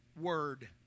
word